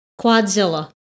Quadzilla